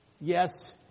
yes